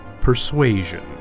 persuasion